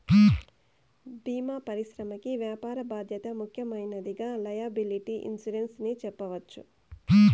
భీమా పరిశ్రమకి వ్యాపార బాధ్యత ముఖ్యమైనదిగా లైయబిలిటీ ఇన్సురెన్స్ ని చెప్పవచ్చు